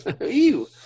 Ew